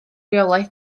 reolaeth